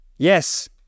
Yes